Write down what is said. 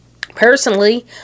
Personally